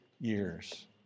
years